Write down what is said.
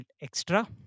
extra